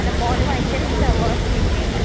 എൻ്റെ മോന് ഭയങ്കര ഇഷ്ടമാണ് മുരിങ്ങ ഇല